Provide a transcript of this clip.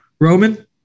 Roman